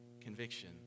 conviction